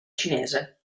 cinese